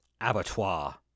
abattoir